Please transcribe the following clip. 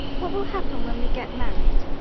what will happened when we get married?